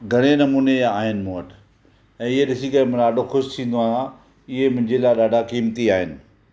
घणे नमूने जा आहिनि मूं वटि ऐं इहे ॾिसी करे मां ॾाढो ख़ुशि थींदो आहियां इहे मुंहिंजे लाइ ॾाढा क़ीमती आहिनि